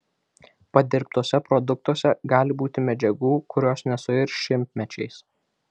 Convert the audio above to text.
padirbtuose produktuose gali būti medžiagų kurios nesuirs šimtmečiais